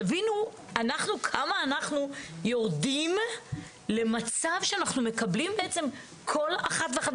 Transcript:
תבינו כמה אנחנו יורדים למצב שאנחנו מקבלים כל אחת ואחת,